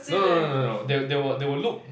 no no no no no they they will they will look